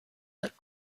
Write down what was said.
that